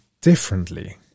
differently